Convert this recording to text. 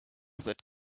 that